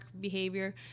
behavior